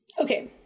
okay